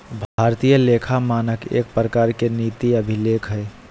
भारतीय लेखा मानक एक प्रकार के नीति अभिलेख हय